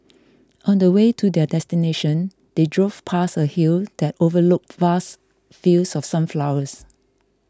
on the way to their destination they drove past a hill that overlooked vast fields of sunflowers